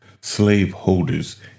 slaveholders